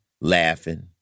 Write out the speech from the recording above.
laughing